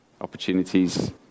opportunities